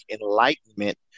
enlightenment